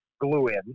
glue-in